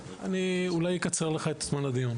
ואולי אני אקצר לך את זמן הדיון.